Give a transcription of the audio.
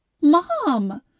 Mom